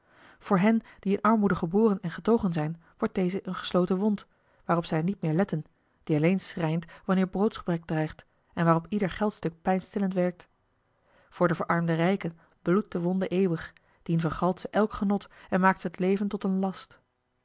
voor hen die in armoede geboren en getogen zijn wordt deze eene gesloten wond waarop zij niet meer letten die alleen schrijnt wanneer broodsgebrek dreigt en waarop ieder geldstuk pijnstillend werkt voor den verarmden rijke bloedt de wonde eeuwig dien vergalt ze elk genot en maakt ze het leven tot een last